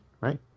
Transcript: right